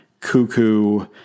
cuckoo